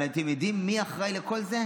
אבל אתם יודעים מי אחראי לכל זה?